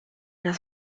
las